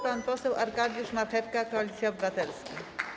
Pan poseł Arkadiusz Marchewka, Koalicja Obywatelska.